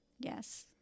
Yes